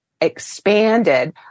expanded